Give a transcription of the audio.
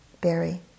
Berry